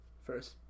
First